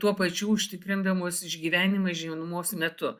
tuo pačiu užtikrindamos išgyvenimą žiemos metu